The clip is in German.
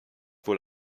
wohl